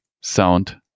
sound